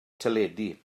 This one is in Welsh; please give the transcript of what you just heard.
teledu